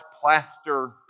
plaster